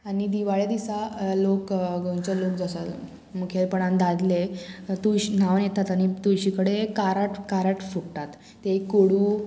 आनी दिवाळे दिसा लोक गोंयचे लोक जो आसा मुखेलपणान दादले तुळशी न्हांवन येतात आनी तुळशी कडेन काराट काराट फोट्टात ते एक कोडू